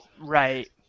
Right